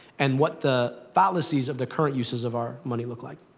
and what the fallacies of the current uses of our money look like.